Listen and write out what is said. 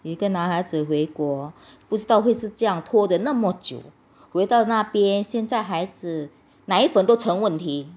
有一个男孩子回国不知道会是这样拖得那么久回到那边现在孩子奶粉都成了问题